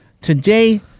Today